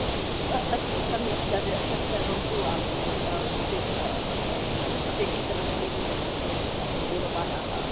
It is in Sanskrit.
अस्तु सम्यक् तत् तत्सर्वं तु आं तत् अपेक्षितम् अस्ति किमर्थं चेत् तदेव बालाः